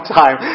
time